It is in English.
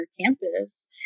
campus